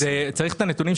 מטה בנימין,